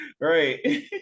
Right